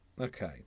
Okay